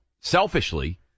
selfishly